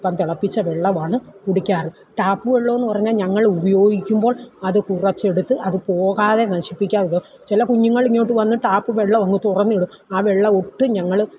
ഇപ്പം തിളപ്പിച്ച വെള്ളമാണ് കുടിക്കാറുള്ളത് ട്ടാപ്പുവെള്ളമെന്നു പറഞ്ഞാൽ ഞങ്ങൾ ഉപയോഗിക്കുമ്പോൾ അത് കുറച്ച് എടുത്ത് അത് പോകാതെ നശിപ്പിക്കാതെ ഉപയോഗം ചില കുഞ്ഞുങ്ങൾ ഇങ്ങോട്ടു വന്നു ട്ടാപ്പുവെള്ളം അങ്ങു തുറന്നിടും ആ വെള്ളമൊട്ടും ഞങ്ങൾ